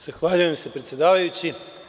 Zahvaljujem se predsedavajući.